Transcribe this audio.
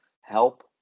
help